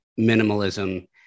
minimalism